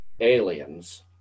aliens